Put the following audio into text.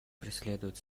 преследует